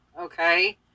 okay